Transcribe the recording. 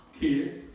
kids